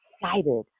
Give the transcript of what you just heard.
excited